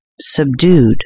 subdued